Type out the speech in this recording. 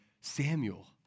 Samuel